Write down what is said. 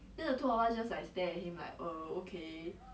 讲什么